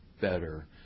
better